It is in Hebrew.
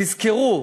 תזכרו,